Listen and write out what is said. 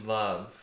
love